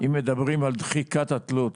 אם מדברים על דחיקת התלות,